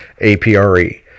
APRE